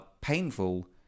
painful